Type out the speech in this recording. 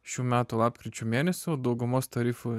šių metų lapkričio mėnesio daugumos tarifų